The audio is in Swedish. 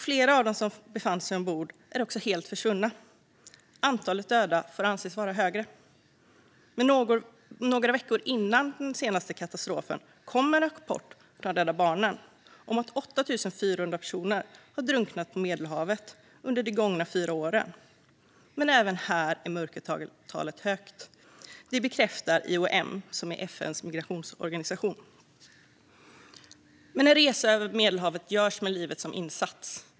Flera av dem som befann sig ombord är också helt försvunna. Antalet döda får antas vara högre. Några veckor innan denna senaste katastrof kom en rapport från Rädda Barnen om att 8 400 personer har drunknat på Medelhavet under de gångna fyra åren. Även här är dock mörkertalet högt. Det bekräftar IOM, som är FN:s migrationsorganisation. En resa över Medelhavet görs med livet som insats.